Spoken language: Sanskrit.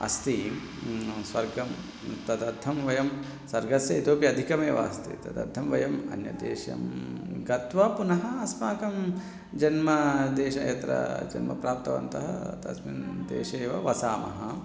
अस्ति स्वर्गं तदर्थं वयं स्वर्गस्य इतोऽपि अधिकमेव अस्ति तदर्थं वयं अन्यदेशं गत्वा पुनः अस्माकं जन्मदेशं यत्र जन्म प्राप्तवन्तः तस्मिन् देशे एव वसामः